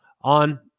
on